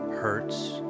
hurts